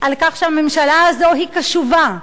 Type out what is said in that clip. על כך שהממשלה הזו היא קשובה,